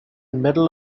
middle